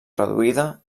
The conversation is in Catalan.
reduïda